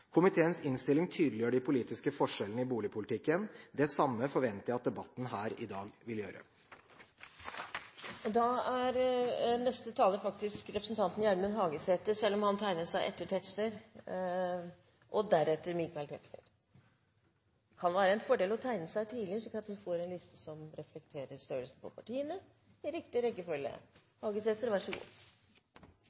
Komiteens innstilling tydeliggjør de politiske forskjellene i boligpolitikken. Det samme forventer jeg at debatten her i dag vil gjøre. Da er neste taler representanten Gjermund Hagesæter, selv om han tegnet seg etter representanten Tetzschner. Deretter er det Michael Tetzschner. Det kan være en fordel å tegne seg tidlig, slik at vi får en liste som reflekterer størrelsen på partiene, i riktig